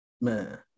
Man